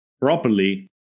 properly